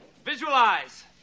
Visualize